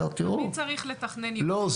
תמיד צריך לתכנן יותר.